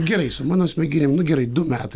gerai su mano smegenim nu gerai du metai